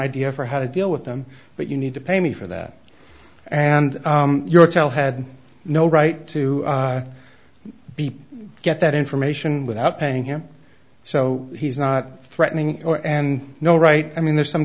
idea for how to deal with them but you need to pay me for that and your tell had no right to be get that information without paying him so he's not threatening and no right i mean there's some